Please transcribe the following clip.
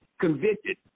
convicted